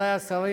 חברי השרים,